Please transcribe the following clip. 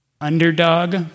Underdog